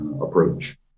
approach